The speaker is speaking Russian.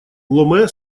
ломе